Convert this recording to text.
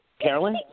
Carolyn